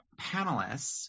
panelists